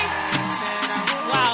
Wow